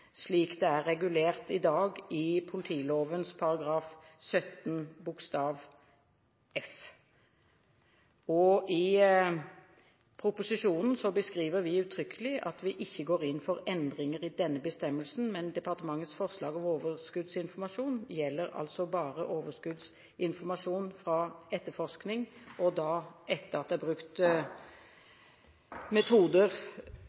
slik det i dag er regulert i politiloven § 17f. I proposisjonen skriver vi uttrykkelig at vi ikke går inn for endringer i denne bestemmelsen. Departementets forslag om overskuddsinformasjon gjelder altså bare overskuddsinformasjon fra etterforskning etter at det er brukt